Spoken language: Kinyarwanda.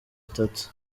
itatu